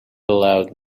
aloud